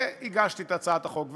הגשתי את הצעת החוק,